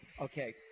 Okay